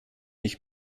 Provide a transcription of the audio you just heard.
ich